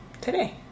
today